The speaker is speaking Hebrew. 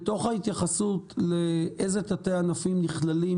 בתוך ההתייחסות לאיזה תתי ענפים נכללים